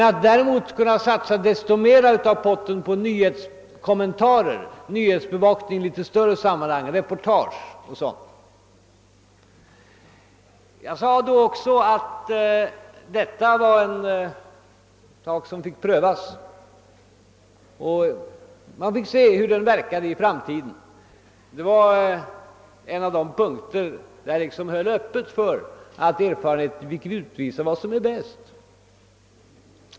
Därmed skulle man kunna satsa desto mer av potten på nyhetskommentarer, nyhetsbevakning i litet större sammanhang, reportage o. d. Jag sade också att denna fråga fick prövas när vi vunnit erfarenheter av hur denna ordning fungerar. Det var en av de punkter där jag höll möjligheterna öppna för att erfarenheten skulle få utvisa vad som är bäst.